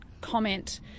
comment